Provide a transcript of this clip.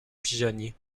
pigeonnier